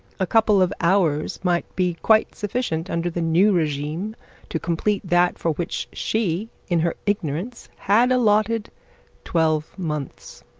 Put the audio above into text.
a couple of hours might be quite sufficient under the new regime to complete that for which she in her ignorance had allotted twelve months.